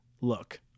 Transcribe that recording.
look